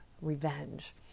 revenge